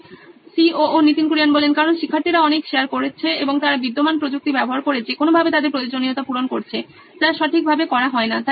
Nitin Kurian C O O নোইন electronics কারণ শিক্ষার্থীরা অনেক শেয়ার করছে এবং তারা বিদ্যমান প্রযুক্তি ব্যবহার করে যেকোনোভাবে তাদের প্রয়োজনীয়তা পূরণ করছে যা সঠিকভাবে করা হয় না